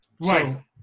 Right